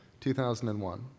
2001